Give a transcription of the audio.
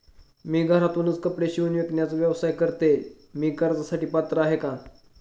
मी घरातूनच कपडे शिवून विकण्याचा व्यवसाय करते, मी कर्जासाठी पात्र आहे का?